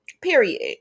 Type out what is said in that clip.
Period